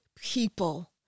people